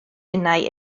innau